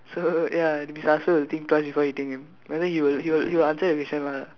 so ya his answer will think twice before hitting him whether he will he will answer the question one ah